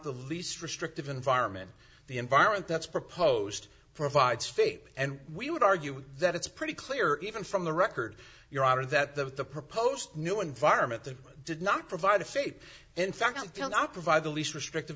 the least restrictive environment the environment that's proposed provides fate and we would argue that it's pretty clear even from the record your honor that that the proposed new environment that did not provide the faith in fact until now provide the least restrictive